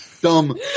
dumb